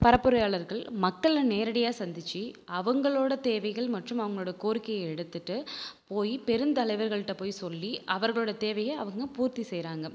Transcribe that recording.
பரப்புரையாளர்கள் மக்கள நேரடியாக சந்திச்சு அவங்களோட தேவைகள் மற்றும் அவங்களோட கோரிக்கையை எடுத்துகிட்டு போய் பெருந்தலைவர்கள்கிட்ட போய் சொல்லி அவர்களோட தேவையை அவங்க பூர்த்தி செய்யறாங்க